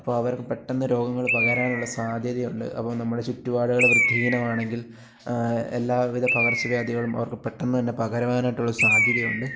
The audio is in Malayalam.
അപ്പോൾ അവര്ക്ക് പെട്ടെന്ന് രോഗങ്ങൾ പകരാനുള്ള സാധ്യതയുണ്ട് അപ്പോൾ നമ്മുടെ ചുറ്റുപാടുകൾ വൃത്തിഹീനമാണെങ്കില് എല്ലാവിധ പകര്ച്ചവ്യാധികളും അവര്ക്ക് പെട്ടെന്നുതന്നെ പകരുവാനായിട്ടുള്ള സാധ്യതയുണ്ട്